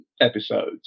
episodes